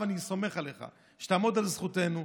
ואני סומך עליך שתעמוד על זכותנו.